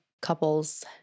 couples